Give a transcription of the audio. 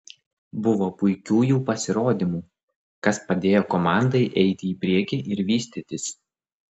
buvo puikių jų pasirodymų kas padėjo komandai eiti į priekį ir vystytis